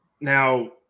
Now